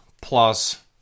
plus